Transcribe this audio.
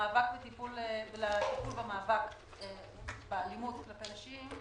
לטיפול במאבק באלימות כלפי נשים,